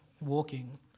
Walking